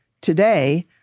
Today